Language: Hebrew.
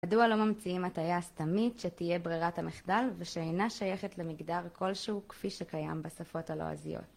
מדוע לא ממציאים הטיה סתמית שתהיה ברירת המחדל ושאינה שייכת למגדר כלשהו כפי שקיים בשפות הלועזיות?